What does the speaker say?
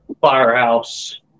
firehouse